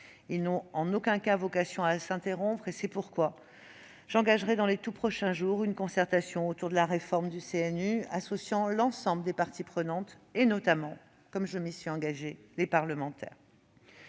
Ils n'ont en aucun cas vocation à s'interrompre. C'est pourquoi j'engagerai dans les tout prochains jours une concertation autour de la réforme du CNU, associant l'ensemble des parties prenantes et notamment, comme je m'y étais engagée, les parlementaires.